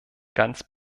ganz